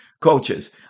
Coaches